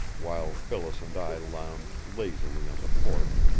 while phyllis and i lounged lazily on the porch,